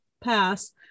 pass